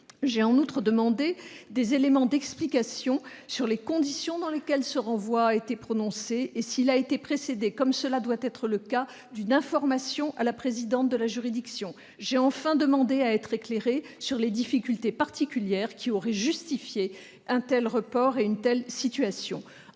J'ai en outre souhaité avoir des éléments d'explication sur les conditions dans lesquelles le renvoi a été prononcé, et s'il a été précédé, comme cela doit être le cas, d'une information à la présidente de la juridiction. J'ai enfin demandé à être éclairée sur les difficultés particulières qui auraient justifié un tel report et une telle situation.